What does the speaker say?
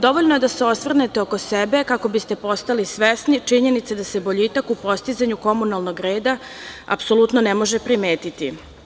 Dovoljno je da se osvrnete oko sebe kako biste postali svesni činjenice da se boljitak u postizanju komunalnog reda apsolutno ne može primetiti.